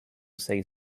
say